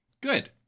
good